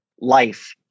life